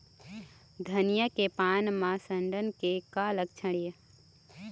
धनिया के पान म सड़न के का लक्षण ये?